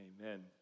Amen